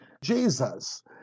Jesus